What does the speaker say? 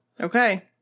Okay